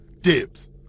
Dibs